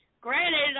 Granted